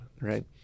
Right